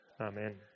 Amen